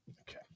Okay